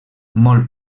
molt